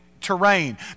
terrain